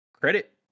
credit